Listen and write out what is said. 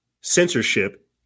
censorship